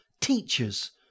teachers